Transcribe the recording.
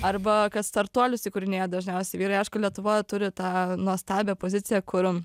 arba kad startuolius įkūrinėja dažniausiai vyrai aišku lietuva turi tą nuostabią poziciją kur